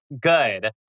good